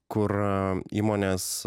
kur įmonės